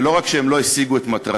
שלא רק שהם לא השיגו את מטרתם,